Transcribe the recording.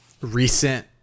recent